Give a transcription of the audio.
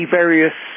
various